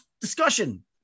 discussion